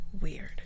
Weird